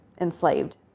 enslaved